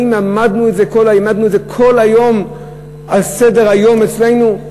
האם העמדנו את זה כל היום על סדר-היום אצלנו?